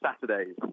Saturdays